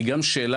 היא גם שאלת,